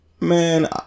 man